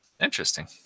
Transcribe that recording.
Interesting